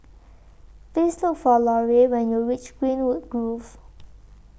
Please Look For Larae when YOU REACH Greenwood Grove